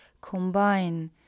combine